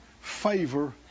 favor